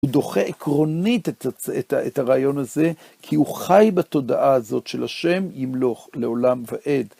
הוא דוחה עקרונית את הרעיון הזה, כי הוא חי בתודעה הזאת של השם ימלוך לעולם ועד.